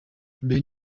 bien